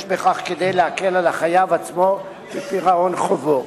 יש בכך כדי להקל על החייב עצמו בפירעון חובו.